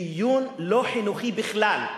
דיון לא חינוכי בכלל,